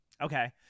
Okay